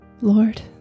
Lord